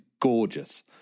gorgeous